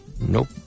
Nope